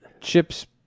Chips